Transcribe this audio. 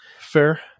Fair